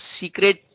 secret